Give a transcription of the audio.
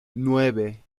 nueve